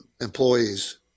employees